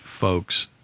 folks